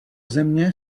země